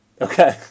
Okay